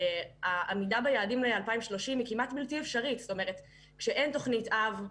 העמידה ביעדים ל-2030 היא כמעט בלתי אפשרית כשאין תוכנית אב.